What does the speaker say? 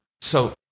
So-